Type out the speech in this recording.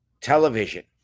television